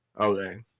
Okay